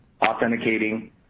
authenticating